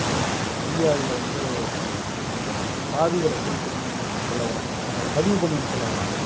இந்தியாவில் வந்து அந்த சாதிகளை குறிப்பிடணுன்னு சொல்ல வராங்க அவங்கள பதிவு பண்ணுன்னு சொல்ல வராங்க